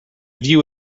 view